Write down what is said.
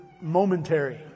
momentary